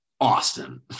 Austin